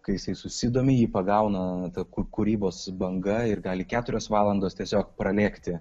kai jisai susidomi jį pagauna nuotakų kūrybos banga ir gali keturios valandos tiesiog pralėkti